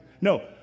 No